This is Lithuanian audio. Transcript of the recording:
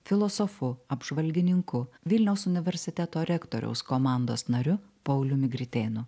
filosofu apžvalgininku vilniaus universiteto rektoriaus komandos nariu pauliumi gritėnu